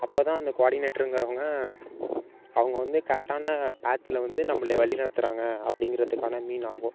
அப்போ தான் அந்த கோஆர்டினேட்ருங்கறவங்க அவங்க வந்து கரெக்டான பாத்தில் வந்து நம்மளை வழி நடத்துகிறாங்க அப்படிங்கிறதுக்கான மீன் ஆகும்